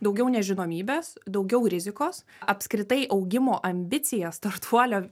daugiau nežinomybės daugiau rizikos apskritai augimo ambicija startuolio